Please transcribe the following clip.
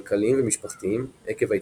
כלכליים ומשפחתיים עקב ההתמכרות.